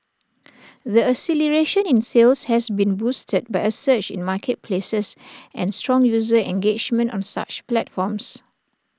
the acceleration in sales has been boosted by A surge in marketplaces and strong user engagement on such platforms